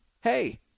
hey